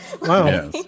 Wow